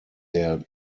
der